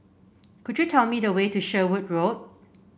could you tell me the way to Sherwood Road